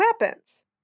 weapons